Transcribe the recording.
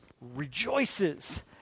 rejoices